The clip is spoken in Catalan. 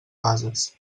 bases